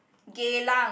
Geylang